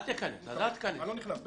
אל תיכנס.